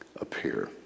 appear